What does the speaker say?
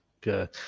Good